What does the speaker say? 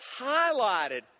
highlighted